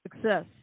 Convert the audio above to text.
Success